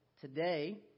Today